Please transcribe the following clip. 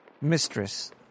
mistress